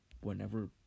whenever